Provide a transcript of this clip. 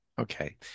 Okay